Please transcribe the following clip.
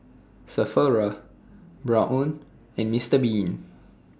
Sephora Braun and Mr Bean